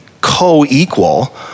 co-equal